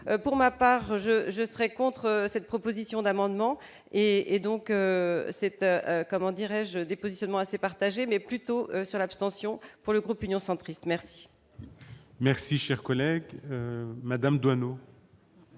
pour ma part je je serais contre cette proposition d'amendement et et donc c'était, comment dirais-je, des positionnements assez partagée, mais plutôt sur l'abstention pour le groupe Union centriste merci. Merci, cher collègue Madame Doineau.